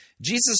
Jesus